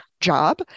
job